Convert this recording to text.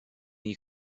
you